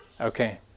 Okay